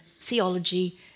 theology